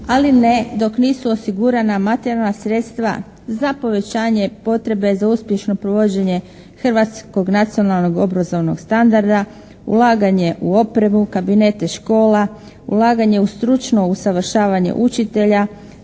ali ne dok nisu osigurana materijalna sredstva za povećanje potrebe za uspješno provođenje hrvatskog nacionalnog obrazovnog standarda, ulaganje u opremu, kabinete škola, ulaganje u stručno usavršavanje učitelja,